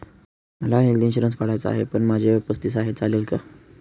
मला health insurance काढायचा आहे पण माझे वय पस्तीस आहे, चालेल का?